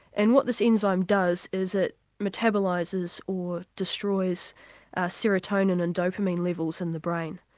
and what this enzyme does is it metabolises or destroys serotonin and dopamine levels in the brain.